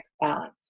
balance